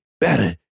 better